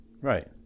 Right